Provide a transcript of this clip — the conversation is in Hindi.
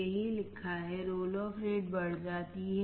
यही लिखा है रोल ऑफ रेट बढ़ जाती है